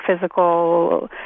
physical